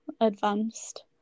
advanced